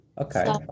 Okay